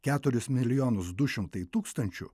keturis milijonus du šimtai tūkstančių